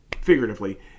figuratively